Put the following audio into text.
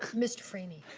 mr. frainie.